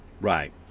right